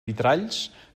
vitralls